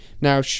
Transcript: Now